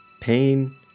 pain